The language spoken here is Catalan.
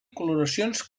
coloracions